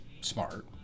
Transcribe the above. smart